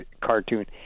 cartoon